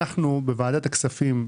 אנחנו בוועדת הכספים.